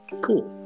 cool